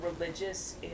religious